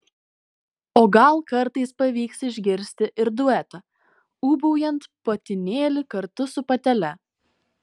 o gal kartais pavyks išgirsti ir duetą ūbaujant patinėlį kartu su patele